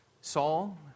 Saul